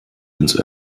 ins